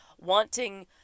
wanting